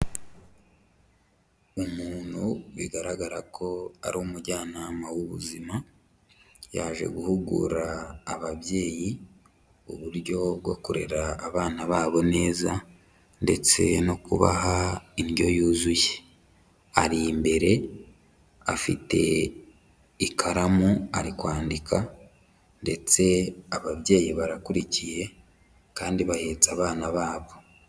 Umuntu bigaragara ko ari umujyanama w'ubuzima yaje guhugura ababyeyi uburyo bwo kurera abana babo neza ndetse no kubaha indyo yuzuye. Ari imbere afite ikaramu ari kwandika ndetse ababyeyi barakurikiye kandi bahetse abana babo.